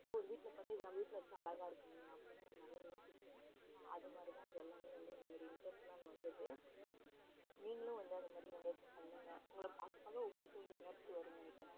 ஏன்னால் ஒரு வீட்டில் பார்த்தா இது நம்ம வீட்டில் வச்சால் அழகாயிருக்குமே அப்புடின்னு நம்ம நிறையா யோசிப்போம் அது மாதிரிதான் இது எல்லாமே வந்து இந்தமாரி இன்ட்ரஸ்ட்லான் வந்தது நீங்களும் வந்து அதைமாதிரி வந்து பண்ணுங்க உங்களை பார்க்க பார்க்க உங்களுக்கே வந்து உணர்ச்சி வரும்னு நினக்கிறன்